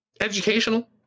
educational